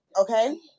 Okay